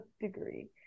degree